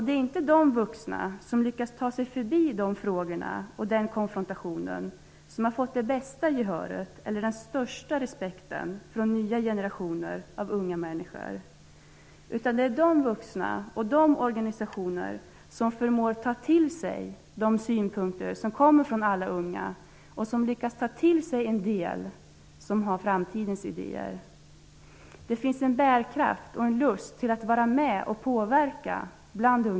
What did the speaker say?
Det är inte de vuxna som lyckas ta sig förbi de frågorna och den konfrontationen som har fått det bästa gehöret eller den största respekten från nya generationer av unga människor, utan det är de vuxna och de organisationer som förmår ta till sig de synpunkter som kommer från alla unga och som lyckas ta till sig dem som har framtidens idéer. Bland unga människor finns det en bärkraft och en lust att vara med att påverka.